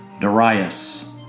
Darius